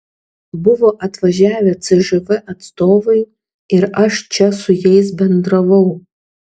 buvo atvažiavę cžv atstovai ir aš čia su jais bendravau